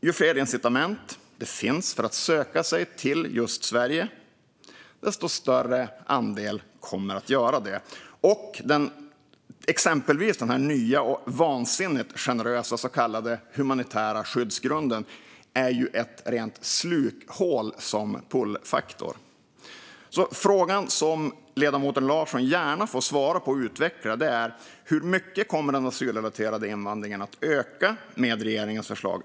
Ju fler incitament det finns för att söka sig till just Sverige, desto större andel kommer att göra det. Exempelvis den nya och vansinnigt generösa så kallade skyddsgrunden är ju ett rent slukhål som pullfaktor. Frågan som ledamoten Larsson gärna får svara på och utveckla är därför: Hur mycket kommer den asylrelaterade invandringen att öka med regeringens förslag?